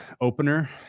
opener